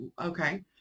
Okay